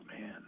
man